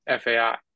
FAI